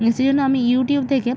সেই জন্য আমি ইউটিউব থেকে